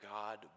God